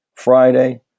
Friday